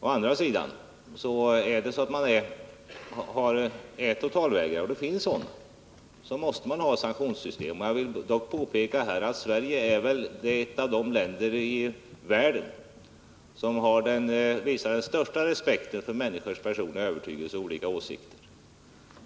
Å andra mågan inom totalsidan måste vi för totalvägrare — och det finns sådana — ha ett sanktionssysförsvaret tem. Jag vill dock påpeka att Sverige är ett av de länder i världen som visar den största respekten för människors personliga övertygelse och olika åsikter.